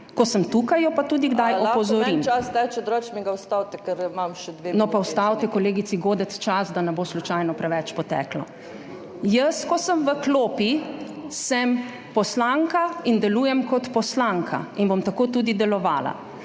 MAG. URŠKA KLAKOČAR ZUPANČIČ:** No pa ustavite kolegici Godec čas, da ne bo slučajno preveč poteklo. Jaz, ko sem v klopi, sem poslanka in delujem kot poslanka in bom tako tudi delovala.